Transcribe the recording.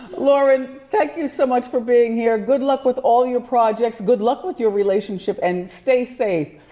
lauren, thank you so much for being here. good luck with all your projects. good luck with your relationship and stay safe.